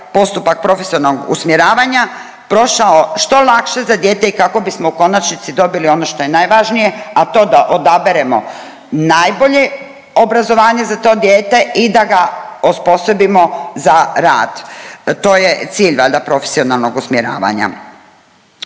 postupak profesionalnog usmjeravanja prošao što lakše za dijete i kako bismo u konačnici dobili ono što je najvažnije, a to da odaberemo najbolje obrazovanje za to dijete i da ga osposobimo za rad. To je cilj valjda profesionalnog usmjeravanja.